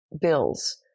bills